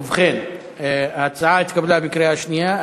ובכן, ההצעה התקבלה בקריאה שנייה.